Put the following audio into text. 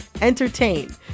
entertain